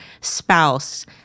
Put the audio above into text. spouse